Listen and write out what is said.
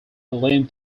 ellen